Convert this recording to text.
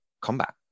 combat